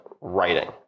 writing